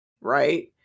Right